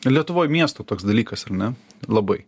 lietuvoj miestų toks dalykas ar ne labai